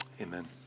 Amen